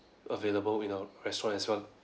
available in uh restaurant as well